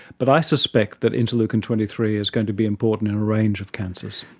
but i suspect that interleukin twenty three is going to be important in a range of cancers.